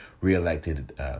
reelected